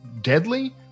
deadly